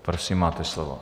Prosím, máte slovo.